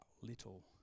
little